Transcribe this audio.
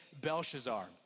Belshazzar